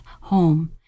home